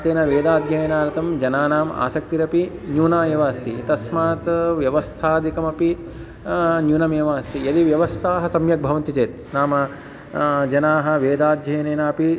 तेन वेदाध्ययनार्थं जनानाम् आसक्तिरपि न्यूना एव अस्ति तस्मात् व्यवस्थाधिकमपि न्यूनमेव अस्ति यदि व्यवस्थाः सम्यक्भवन्ति चेत् नाम जनाः वेदाध्ययनेन अपि